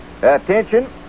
Attention